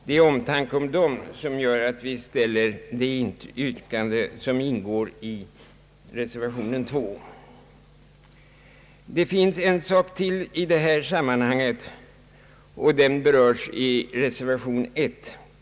Det är omtanken om dem som gör att vi ställer Det finns en sak till i detta sammanhang som berörs i reservation nr 1.